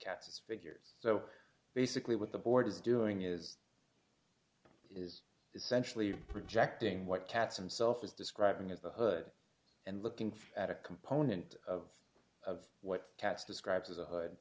's figures so basically what the board is doing is is essentially projecting what cats and self is describing as the hood and looking at a component of of what cats describes as a hood